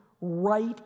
right